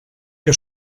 que